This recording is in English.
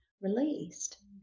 released